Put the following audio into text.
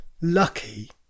lucky